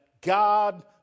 God